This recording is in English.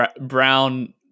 brown